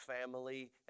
family